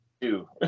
two